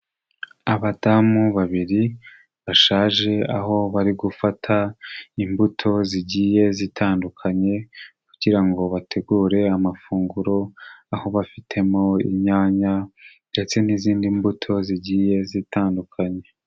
Abadamu babiri bashaje, aho barigufata imbuto zigiye zitandukanye kugira ngo bategure amafunguro. Aho bafitemo inyanya ndetse n'izindi mbuto zigiye zitandukanye.